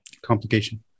complication